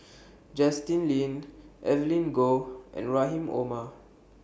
Justin Lean Evelyn Goh and Rahim Omar